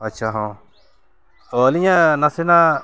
ᱟᱪᱪᱷᱟ ᱦᱚᱸ ᱚ ᱟᱹᱞᱤᱧᱟᱜ ᱱᱟᱥᱮᱱᱟᱜ